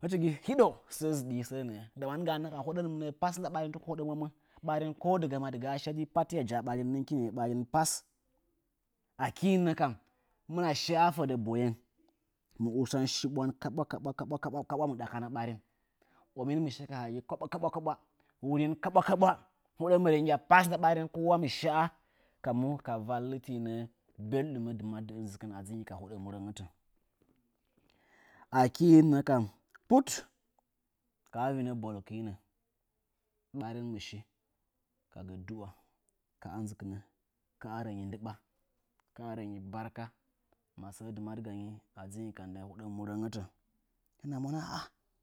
hɨchi nɨ hiɗou sə zɨɗɨ ka səə. Mannə kam hoɗən mɨ mɨnəə par nda ɓarin tuku hoɗə mwamo ko dɨgama shadɨ hiya ja'a ɓarin pas. Akɨ nə kam hɨmɨna shə fəɗə boyen. kusan shiɓwan kaɓna kaɓna kaɓna kaɓna hɨmɨn mɨ ɗakana ɓarin. Ominmɨ kanain kaɓwakaɓwa, numin kaɓnakaɓna hoɗa mɨ nɨnya pashɨmɨn mɨ shə ka mu ka vallɨtɨnə beldumə dɨmadɨ ɨnzɨkɨna dzɨnyi ka hoɗə murangətə. Akɨ nə kam put, ka vinə polkɨi nə, ɓarin mɨ shi ka gə dua ka ɨn zɨkɨnə, ka a rənyi ndɨɓan, ka a rənyi barkan, masəə dɨmadɨ gani a dzɨnyi ha hoɗə murəngətə. Hɨna monə ahah.